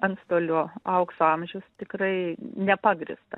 antstolių aukso amžius tikrai nepagrįsta